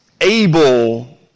able